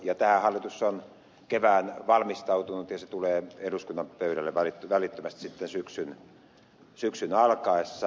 tähän hallitus on kevään valmistautunut ja lisätalousarvio tulee eduskunnan pöydälle välittömästi sitten syksyn alkaessa